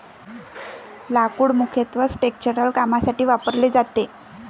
लाकूड मुख्यत्वे स्ट्रक्चरल कामांसाठी वापरले जाते